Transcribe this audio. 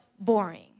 boring